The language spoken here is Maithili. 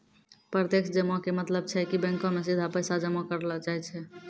प्रत्यक्ष जमा के मतलब छै कि बैंको मे सीधा पैसा जमा करलो जाय छै